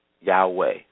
Yahweh